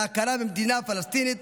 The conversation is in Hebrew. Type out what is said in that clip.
להכרה במדינה פלסטינית,